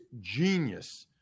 genius